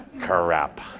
Crap